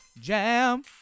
Jam